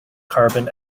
carbon